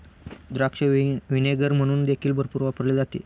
द्राक्ष व्हिनेगर म्हणून देखील भरपूर वापरले जाते